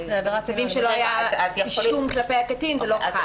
במקרים שלא היה אישום של אלימות כלפי הקטין זה לא חל.